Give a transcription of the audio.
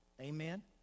Amen